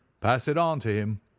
pass it on to him,